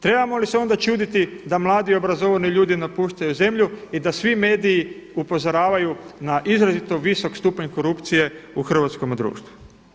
Trebamo li se onda čuditi da mladi obrazovani ljudi napuštaju zemlju i da svi mediji upozoravaju na izrazito visok stupanj korupcije u hrvatskome društvu.